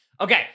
Okay